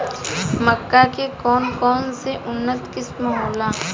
मक्का के कौन कौनसे उन्नत किस्म होला?